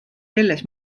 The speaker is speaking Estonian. selles